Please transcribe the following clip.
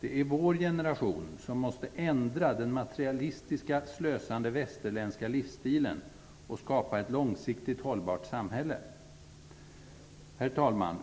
Det är vår generation som måste ändra den materialistiska slösande västerländska livsstilen och skapa ett långsiktigt hållbart samhälle. Herr talman!